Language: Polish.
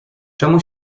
czemu